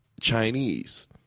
Chinese